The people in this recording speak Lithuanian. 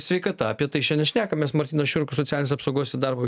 sveikata apie tai šiandien šnekamės martynas šiurkus socialinės apsaugos ir darbo